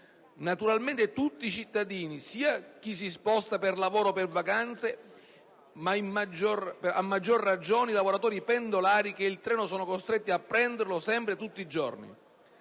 valere per tutti i cittadini, sia per chi si sposta per lavoro o per vacanze, ma a maggior ragione per i lavoratori pendolari che il treno sono costretti a prenderlo sempre, tutti i giorni.